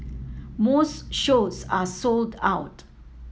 most shows are sold out